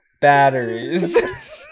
batteries